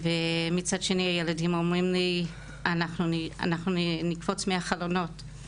ומצד שני הילדים אומרים לי אנחנו נקפוץ מהחלונות,